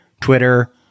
Twitter